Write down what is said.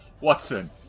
Watson